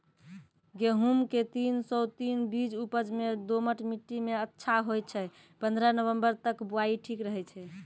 गेहूँम के तीन सौ तीन बीज उपज मे दोमट मिट्टी मे अच्छा होय छै, पन्द्रह नवंबर तक बुआई ठीक रहै छै